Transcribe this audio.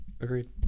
Agreed